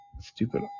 stupid